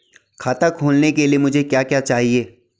खाता खोलने के लिए मुझे क्या क्या चाहिए?